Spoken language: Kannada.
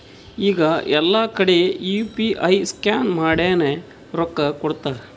ಈಗ ಎಲ್ಲಾ ಕಡಿ ಯು ಪಿ ಐ ಸ್ಕ್ಯಾನ್ ಮಾಡಿನೇ ರೊಕ್ಕಾ ಕೊಡ್ಲಾತಾರ್